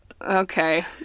Okay